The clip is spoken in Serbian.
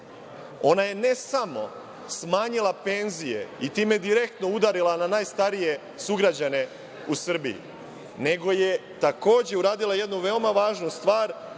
Ona je ne samo smanjila penzije i time direktno udarila na najstarije sugrađane u Srbiji, nego je takođe uradila jednu veoma važnu stvar,